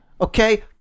Okay